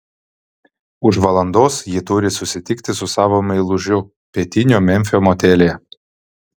už valandos ji turi susitikti su savo meilužiu pietinio memfio motelyje